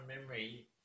memory